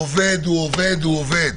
עובד הוא עובד הוא עובד.